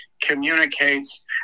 communicates